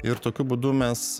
ir tokiu būdu mes